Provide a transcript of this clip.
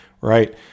right